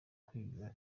kwiga